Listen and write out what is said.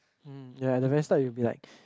hmm yeah the best part will be like